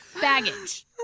Baggage